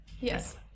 yes